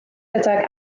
gydag